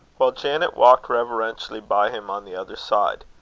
while janet walked reverentially by him on the other side.